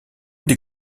des